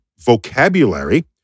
vocabulary